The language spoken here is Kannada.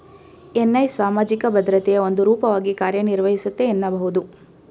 ಎನ್.ಐ ಸಾಮಾಜಿಕ ಭದ್ರತೆಯ ಒಂದು ರೂಪವಾಗಿ ಕಾರ್ಯನಿರ್ವಹಿಸುತ್ತೆ ಎನ್ನಬಹುದು